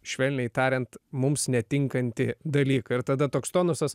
švelniai tariant mums netinkantį dalyką ir tada toks tonusas